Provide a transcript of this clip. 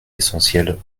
essentiels